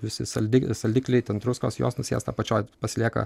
visi saldi saldikliai ten druskos jos nusės apačioj pasilieka